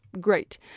great